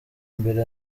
mbere